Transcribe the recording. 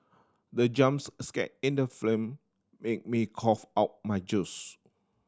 the jumps scare in the film made me cough out my juice